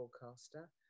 broadcaster